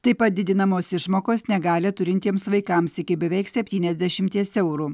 taip pat didinamos išmokos negalią turintiems vaikams iki beveik septyniasdešimties eurų